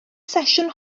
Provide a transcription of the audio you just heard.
sesiwn